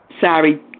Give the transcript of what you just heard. Sorry